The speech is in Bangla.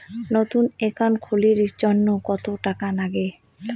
নতুন একাউন্ট খুলির জন্যে কত টাকা নাগে?